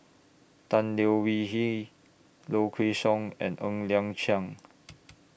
Tan Leo Wee Hin Low Kway Song and Ng Liang Chiang